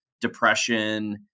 depression